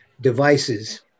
devices